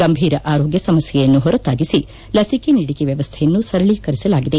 ಗಂಭೀರ ಆರೋಗ್ಯ ಸಮಸ್ಯೆಯನ್ನು ಹೊರತಾಗಿಸಿ ಲಸಿಕೆ ನೀಡಿಕೆ ವ್ಯವಸ್ದೆಯನ್ನು ಸರಳೀಕರಿಸಲಾಗಿದೆ